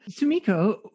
Sumiko